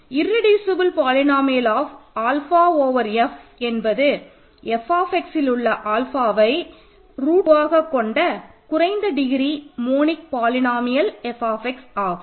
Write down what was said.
irreducible polynomial of alpha over F என்பது Fx லுள்ள ஆல்ஃபாவை ரூட்ஆக கொண்ட குறைந்த டிகிரி மோனிக் பாலினோமியல் f ஆகும்